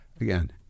Again